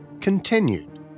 continued